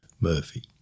Murphy